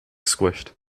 squished